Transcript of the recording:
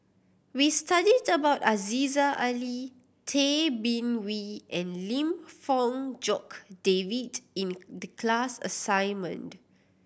we studied about Aziza Ali Tay Bin Wee and Lim Fong Jock David in the class assignment